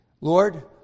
Lord